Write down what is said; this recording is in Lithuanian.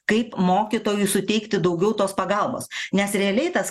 kaip mokytojui suteikti daugiau tos pagalbos nes realiai tas